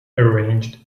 arranged